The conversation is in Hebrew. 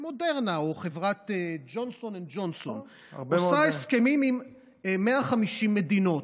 או חברת ג'ונסון אנד ג'ונסון עושה הסכמים עם 150 מדינות.